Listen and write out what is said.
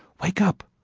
wake up!